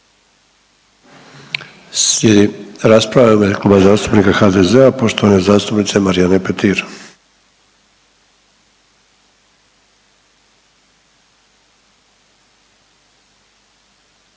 Slijedi rasprava u ime Kluba zastupnika HDZ-a poštovane zastupnice Marijane Petir.